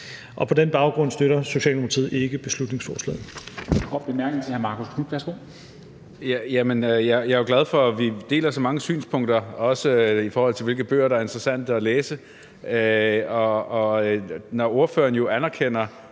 på den baggrund støtter Socialdemokratiet ikke beslutningsforslaget.